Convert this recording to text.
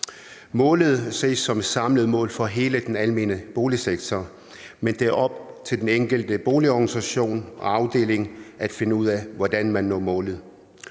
Målet ses som et samlet mål for hele den almene boligsektor, men det er op til den enkelte boligorganisation og -afdeling at finde ud af, hvordan man når målet.